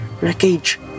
wreckage